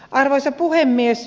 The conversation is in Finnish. arvoisa puhemies